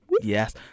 Yes